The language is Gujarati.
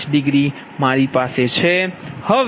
5 ડિગ્રી મારી પાસે છે